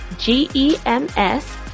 G-E-M-S